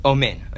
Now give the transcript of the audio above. Omen